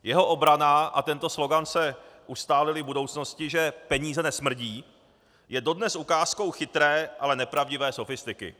Jeho obrana, a tento slogan se ustálil i v budoucnosti, že peníze nesmrdí, je dodnes ukázkou chytré, ale nepravdivé sofistiky.